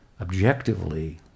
objectively